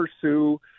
pursue